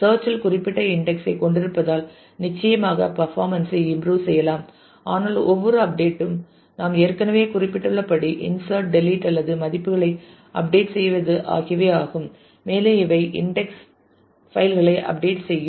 search இல் குறிப்பிட்ட index ஐ கொண்டிருப்பதால் நிச்சயமாக பர்ஃபாமென்ஸ் ஐ இம்ப்ரூவ் செய்யலாம் ஆனால் ஒவ்வொரு அப்டேட் ம் நாம் ஏற்கனவே குறிப்பிட்டுள்ளபடி இன்சர்ட் டெலிட் அல்லது மதிப்புகளைப் அப்டேட் செய்வது ஆகியவை ஆகும் மேலும் இவை இன்டெக்ஸ் பைல்க களைப் அப்டேட் செய்யும்